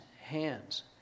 hands